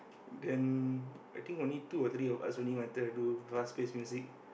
then I think only two or three of us only wanted to do fast-paced music